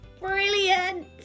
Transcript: Brilliant